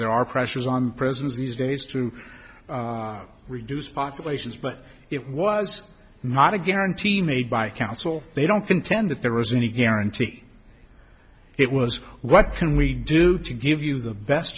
there are pressures on prisons these days to reduce populations but it was not a guarantee made by counsel they don't contend that there was any guarantee it was what can we do to give you the best